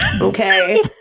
Okay